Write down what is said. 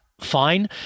Fine